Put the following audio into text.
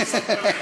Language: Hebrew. לא שמת לב.